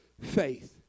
faith